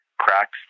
cracks